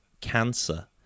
cancer